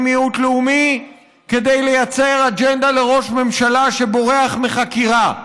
מיעוט לאומי כדי לייצר אג'נדה לראש ממשלה שבורח מחקירה.